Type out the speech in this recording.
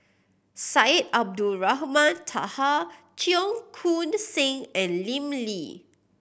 Syed Abdulrahman Taha Cheong Koon Seng and Lim Lee